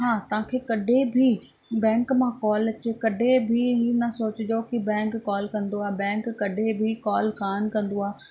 हा तांखे कॾैं बि बैंक मां कॉल अचे कॾहिं बि हीअ न सोचिजो की बैंक कॉल कंदो आहे बैंक कॾहिं बि कॉल कोन कंदो आहे